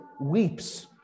weeps